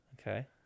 Okay